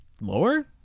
lower